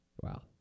Wow